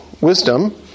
wisdom